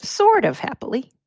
sort of happily,